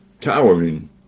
towering